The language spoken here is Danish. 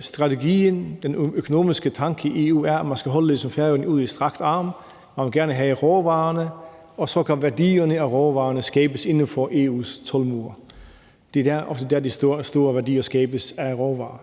strategien og den økonomiske tanke i EU er, at man skal holde Færøerne ud i strakt arm. Man vil gerne have råvarerne, og så kan værdierne af råvarerne skabes inden for EU's toldmure. Det er der, de store værdier skabes af råvarer.